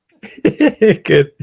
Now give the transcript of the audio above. Good